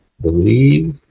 believe